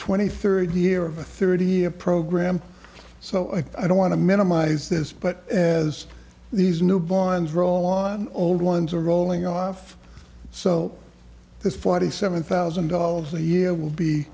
twenty third year of a thirty year program so i i don't want to minimize this but as these new bonds roll on old ones are rolling off so this forty seven thousand dollars a year will be